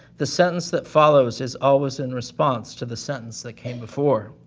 the sentence that follows is always in response to the sentence that came before.